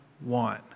one